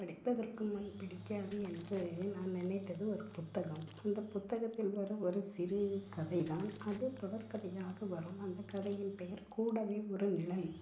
படிப்பதற்கு வந்து பிடிக்காது என்று நான் நினைத்தது ஒரு புத்தகம் அந்த புத்தகத்தில் வரும் ஒரு சிறு கதைதான் அது தொடர்கதையாக வரும் அந்த கதையின் பெயர் கூடவே ஒரு நிழல்